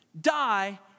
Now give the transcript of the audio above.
die